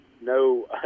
no